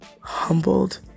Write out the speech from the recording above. humbled